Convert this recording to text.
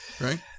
Right